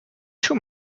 two